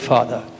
Father